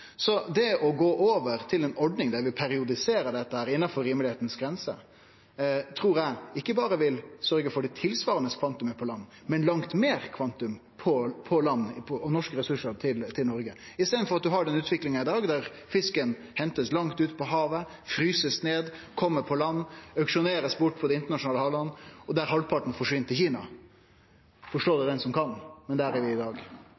Så det å gå over til ei ordning der vi gjer dette periodisk, innanfor rimelege grenser, trur eg ikkje berre vil sørgje for det tilsvarande kvantumet på land, men eit langt større kvantum på land og norske ressursar til Noreg, i staden for den utviklinga ein har i dag, der fisken blir henta langt ute på havet, blir fryst ned, kjem på land, blir auksjonert bort på den internasjonale marknaden, og der halvparten forsvinn til Kina. Forstå det den som kan, men der er vi i dag.